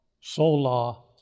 sola